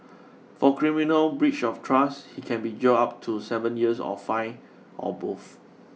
for criminal breach of trust he can be jailed up to seven years or fined or both